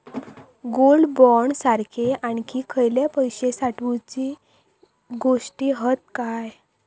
Gold bond सारखे आणखी खयले पैशे साठवूचे गोष्टी हत काय?